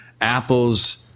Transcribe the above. Apple's